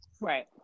Right